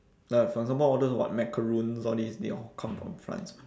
like for example all those what macaroons all these they all come from france mah